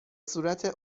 صورت